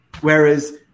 Whereas